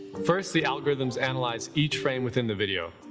first, the algorithms analyze each frame within the video.